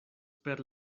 per